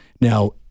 now